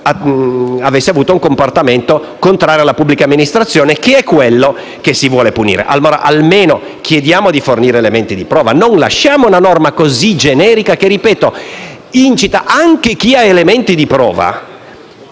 se avesse tenuto un comportamento contrario alla pubblica amministrazione, che è ciò che si vuole punire. Almeno chiediamo di fornire elementi di prova. Non lasciamo una norma così generica che - ripeto - incita anche chi abbia elementi di prova